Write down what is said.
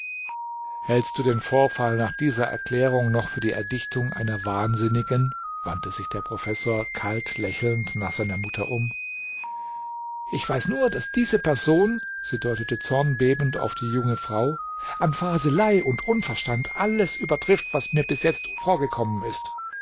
hältst du den vorfall nach dieser erklärung noch für die erdichtung einer wahnsinnigen wandte sich der professor kalt lächelnd nach seiner mutter um ich weiß nur daß diese person sie deutete zornbebend auf die junge frau an faselei und unverstand alles übertrifft was mir bis jetzt vorgekommen ist